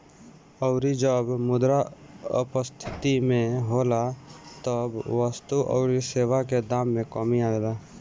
अउरी जब मुद्रा अपस्थिति में होला तब वस्तु अउरी सेवा के दाम में कमी आवेला